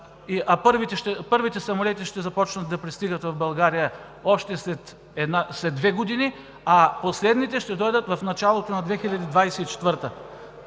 Първите самолети ще започнат да пристигат в България още след две години, а последните ще дойдат в началото на 2024 г.